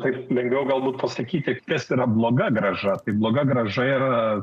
taip lengviau galbūt pasakyti kas yra bloga grąža taip bloga grąža yra